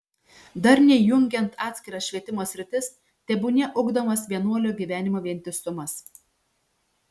darniai jungiant atskiras švietimo sritis tebūnie ugdomas vienuolio gyvenimo vientisumas